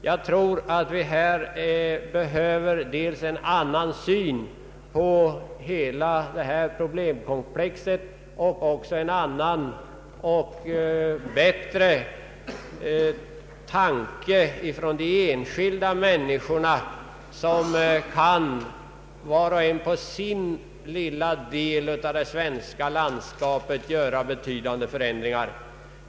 Jag tror att det behövs dels en annan syn på hela detta problemkomplex, dels en annan och bättre insats från de enskilda människornas sida, där var och en inom sin lilla del av det svenska landskapet kan åstadkomma betydande förbättringar.